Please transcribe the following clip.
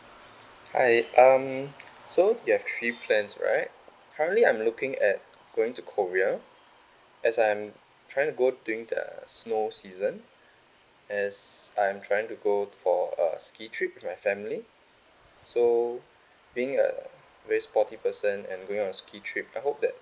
hi um so you have three plans right currently I'm looking at going to korea as I'm trying to go during the snow season as I'm trying to go for uh ski trip with my family so being a very sporty person and going on a ski trip I hope that